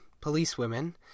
policewomen